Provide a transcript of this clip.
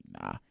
nah